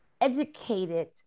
educated